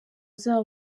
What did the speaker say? zabo